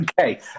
Okay